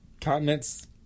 continents